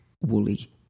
woolly